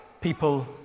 people